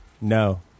No